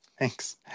Thanks